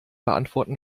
beantworten